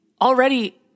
already